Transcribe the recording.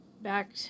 back